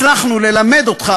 הצלחנו ללמד אותך,